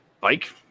bike